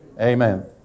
Amen